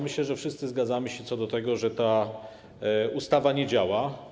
Myślę, że wszyscy zgadzamy się co do tego, że ta ustawa nie działa.